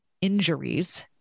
injuries